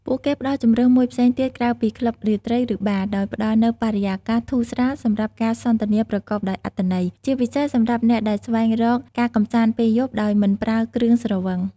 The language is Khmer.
ពួកគេផ្តល់ជម្រើសមួយផ្សេងទៀតក្រៅពីក្លឹបរាត្រី ឬបារ ដោយផ្តល់នូវបរិយាកាសធូរស្រាលសម្រាប់ការសន្ទនាប្រកបដោយអត្ថន័យ ជាពិសេសសម្រាប់អ្នកដែលស្វែងរកការកម្សាន្តពេលយប់ដោយមិនប្រើគ្រឿងស្រវឹង។